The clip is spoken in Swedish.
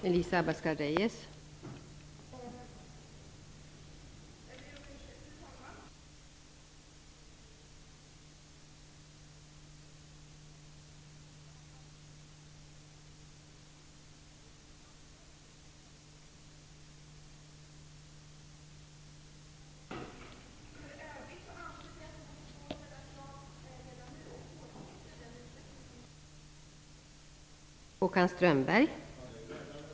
Fru talman! Det är glädjande att Elisa Abascal Reyes återtar det som hon sade i talarstolen om att det var ett yrkande från Miljöpartiet.